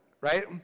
right